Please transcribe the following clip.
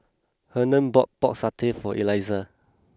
Hernan bought Pork Satay for Elissa